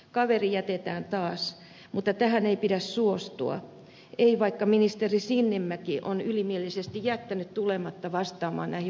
kaveri jätetään taas mutta tähän ei pidä suostua ei vaikka ministeri sinnemäki on ylimielisesti jättänyt tulematta vastaamaan näihin vakaviin kysymyksiin